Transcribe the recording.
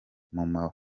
maboko